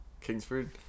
Kingsford